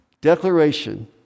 Declaration